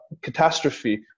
catastrophe